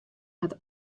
hat